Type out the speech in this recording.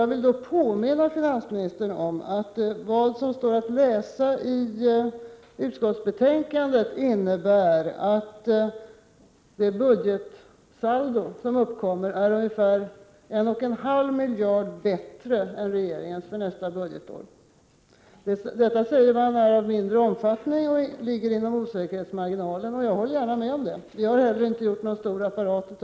Jag vill påminna finansministern om att vad som anförs i utskottsbetänkandet innebär att budgetsaldot för nästa budgetår blir ungefär 1,5 miljard bättre än regeringens. Detta framhålls vara av mindre omfattning och ligga inom osäkerhetsmarginalen. Jag håller med om det, och vi har inte heller gjort någon stor sak av detta.